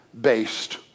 based